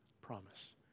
promise